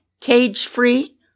cage-free